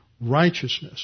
righteousness